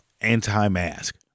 anti-mask